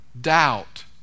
doubt